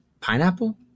pineapple